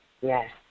Yes